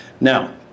Now